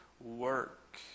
work